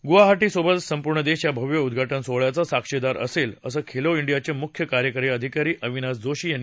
गुवाहाटी सोबतच संपूर्ण देश या भव्य उद्दघाटन सोहळ्याचा साक्षीदार असेल असं खेलो इंडियाचे मुख्य कार्यकारी अधिकारी अविनाश जोशी यांनी सांगितलं